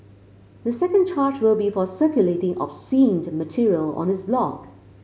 the second charge will be for circulating obscene material on his blog